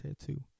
tattoo